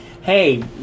Hey